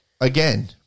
again